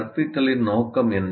கற்பித்தலின் நோக்கம் என்ன